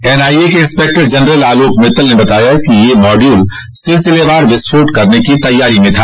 NIA के inspector general Alok Mittal ने बताया कि यह माड्यूल सिलसिलेवार विस्फोट करने की तैयारी में था